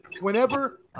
Whenever